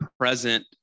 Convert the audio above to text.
present